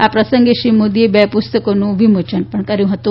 આ પ્રસંગે શ્રી મોદીએ બે પુસ્તકોનું વિમોચન પણ કર્યું હતું